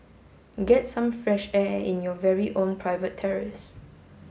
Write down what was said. get some fresh air in your very own private terrace